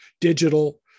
digital